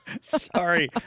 Sorry